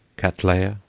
cattleya,